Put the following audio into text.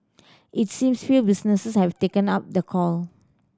it seems few businesses have taken up the call